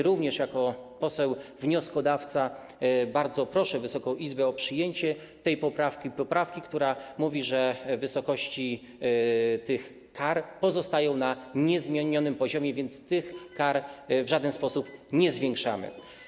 Również jako poseł wnioskodawca bardzo proszę Wysoką Izbę o przyjęcie tej poprawki, poprawki, która mówi, że wysokości tych kar pozostają na niezmienionym poziomie, więc tych kar w żaden sposób nie zwiększamy.